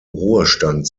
ruhestand